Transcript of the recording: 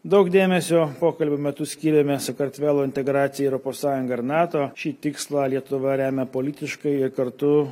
daug dėmesio pokalbio metu skyrėme sakartvelo integracijai į europos sąjungą ir nato šį tikslą lietuva remia politiškai kartu